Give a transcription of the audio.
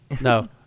No